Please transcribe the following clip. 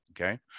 okay